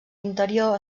interior